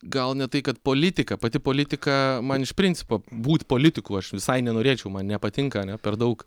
gal ne tai kad politika pati politika man iš principo būt politiku aš visai nenorėčiau man nepatinka ane per daug